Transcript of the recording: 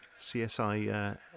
CSI